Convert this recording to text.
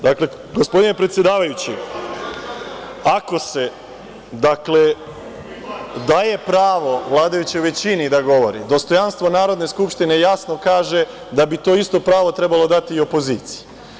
Dakle, gospodine predsedavajući, ako se daje pravo vladajućoj većini da govori, dostojanstvo Narodne skupštine jasno kaže da bi to isto pravo trebalo dati i opoziciji.